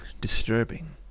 disturbing